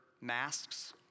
masks